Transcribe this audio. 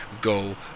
go